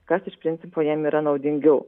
kas iš principo jam yra naudingiau